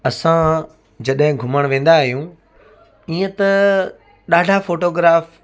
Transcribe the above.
असां जॾहिं घुमणु वेंदा आहियूं इअं त ॾाढा फोटोग्राफ